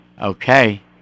Okay